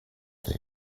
they